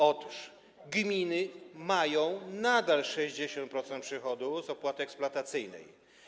Otóż gminy mają nadal 60% przychodu z opłaty eksploatacyjnej.